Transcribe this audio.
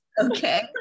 Okay